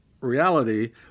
reality